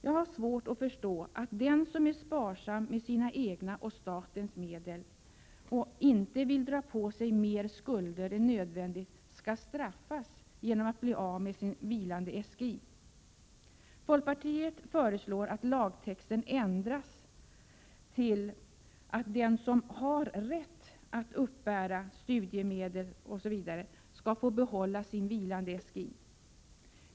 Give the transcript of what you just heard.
Jag har svårt att förstå att den som är sparsam med sin egna och statens medel och inte vill dra på sig mer skulder än nödvändigt skall straffas genom att bli av med sin vilande SGI. Folkpartiet föreslår att lagtexten ändras så, att den som har rätt att uppbära studiemedel osv. skall få behålla sin vilande SGI.